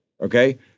Okay